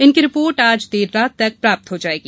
इनकी रिपोर्ट आज देर रात तक प्राप्त हो जाएगी